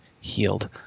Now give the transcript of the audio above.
healed